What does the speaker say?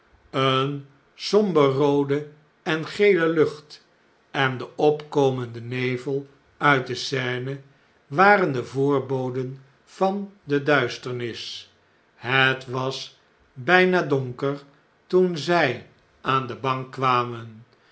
een somber roode en gele lucht en de opkomende nevel uit de seine waren de voorboden van de duisternis het was bjjna donker toen zj aan de bank kwamen